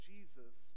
Jesus